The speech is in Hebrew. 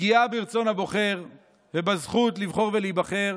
פגיעה ברצון הבוחר ובזכות לבחור ולהיבחר